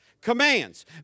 Commands